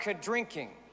drinking